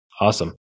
Awesome